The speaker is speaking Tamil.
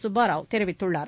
சுப்பாராவ் தெரிவித்துள்ளார்